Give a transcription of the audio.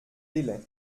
délai